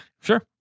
Sure